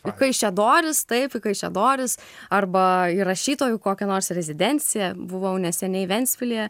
į kaišiadoris taip į kaišiadoris arba įrašytojų kokią nors rezidencija buvau neseniai ventspilyje